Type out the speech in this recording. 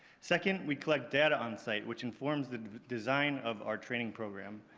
second, we collect data on site which informs the design of our training program.